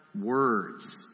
words